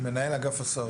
מנהל אגף הסעות.